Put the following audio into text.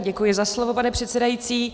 Děkuji za slovo, pane předsedající.